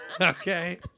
Okay